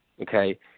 Okay